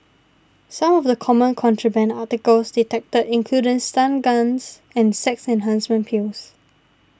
some of the common contraband articles detected included stun guns and sex enhancement pills